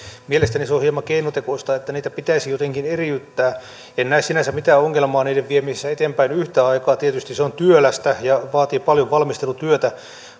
mielestäni se on hieman keinotekoista että niitä pitäisi jotenkin eriyttää en näe sinänsä mitään ongelmaa niiden viemisessä eteenpäin yhtä aikaa tietysti se on työlästä ja vaatii paljon valmistelutyötä